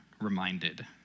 reminded